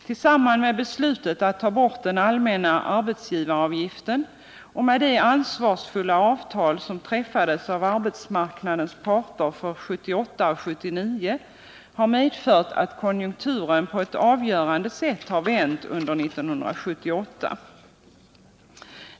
Tillsammans med beslutet att ta bort den allmänna arbetsgivaravgiften och de ansvarsfulla avtal som träffades av arbetsmarknadens parter för 1978 och 1979 har det medfört att konjunkturen på ett avgörande sätt har vänt under 1978.